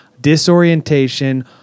disorientation